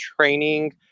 training